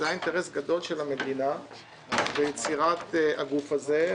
היה אינטרס גדול של המדינה ביצירת הגוף הזה,